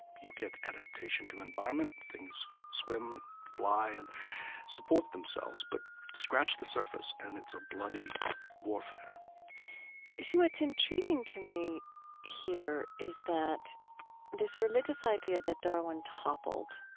you get adaptation to environment, things swim and fly and support themselves, but scratch the surface and it's a bloody warfare see, what's intriguing to me here is that this religious idea that darwin toppled,